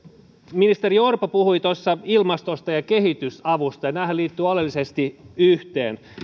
ministeri orpo puhui tuossa ilmastosta ja kehitysavusta ja nämähän liittyvät oleellisesti yhteen